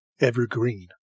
evergreen